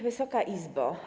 Wysoka Izbo!